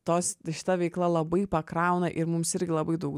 tos šita veikla labai pakrauna ir mums irgi labai daug